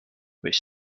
which